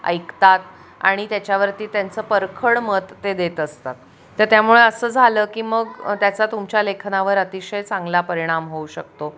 ऐकतात आणि त्याच्यावरती त्यांचं परखड मत ते देत असतात तर त्यामुळे असं झालं की मग त्याचा तुमच्या लेखनावर अतिशय चांगला परिणाम होऊ शकतो